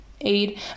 aid